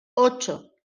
ocho